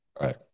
right